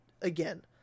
Again